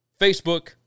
Facebook